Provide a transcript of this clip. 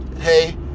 hey